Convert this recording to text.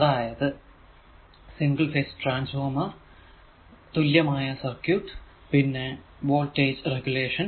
അതായതു single phase transformer തുല്യമായ circuit പിന്നെ വോൾടേജ് റെഗുലേഷൻ